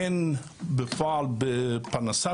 אם בפרנסה